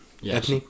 Yes